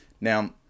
Now